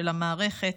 של המערכת,